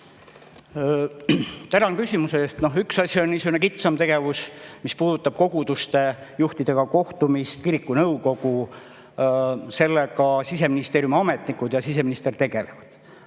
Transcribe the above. Tänan küsimuse eest! Üks asi on niisugune kitsam tegevus, mis puudutab koguduste juhtidega kohtumist ja kirikute nõukogu. Sellega Siseministeeriumi ametnikud ja siseminister tegelevad.